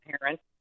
parents